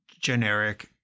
generic